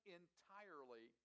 entirely